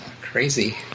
crazy